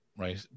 Right